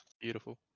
Beautiful